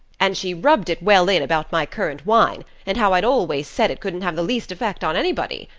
and she rubbed it well in about my currant wine and how i'd always said it couldn't have the least effect on anybody.